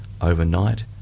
overnight